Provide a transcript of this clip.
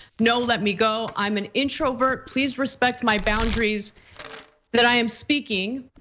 no, let me go, i'm an introvert, please respect my boundaries that i am speaking.